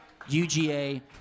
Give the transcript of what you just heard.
UGA